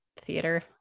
theater